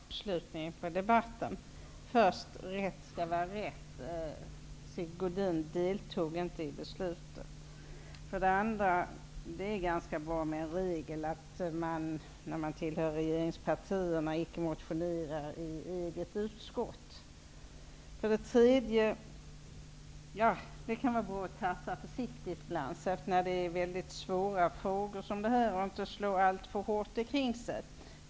Herr talman! Jag hoppas att mitt anförande blir avslutningen på debatten. För det första vill jag säga att rätt skall vara rätt. För det andra är det ganska bra med en regel om att inte motionera i eget utskott när man tillhör regeringspartierna. För det tredje kan det vara bra att ibland tassa försiktigt. När frågorna är väldigt svåra behöver man inte slå alltför hårt omkring sig.